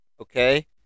okay